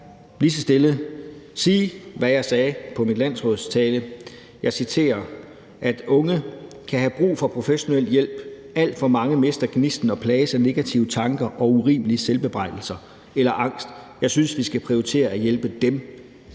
lige så stille sige, hvad jeg sagde i min landsrådstale: Unge kan have brug for professionel hjælp. Alt for mange mister gnisten og plages af negative tanker og urimelige selvbebrejdelser eller angst. Jeg synes, at vi skal prioritere at hjælpe dem.